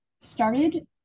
started